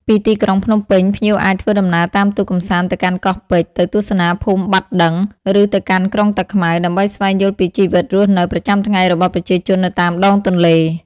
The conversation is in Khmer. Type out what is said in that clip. ពីទីក្រុងភ្នំពេញ ភ្ញៀវអាចធ្វើដំណើរតាមទូកកម្សាន្តទៅកាន់កោះពេជ្រ ទៅទស្សនាភូមិបាត់ដឹង ឬទៅកាន់ក្រុងតាខ្មៅ ដើម្បីស្វែងយល់ពីជីវិតរស់នៅប្រចាំថ្ងៃរបស់ប្រជាជននៅតាមដងទន្លេ។